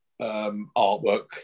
artwork